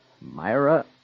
Myra